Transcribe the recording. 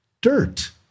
Dirt